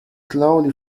slowly